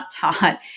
taught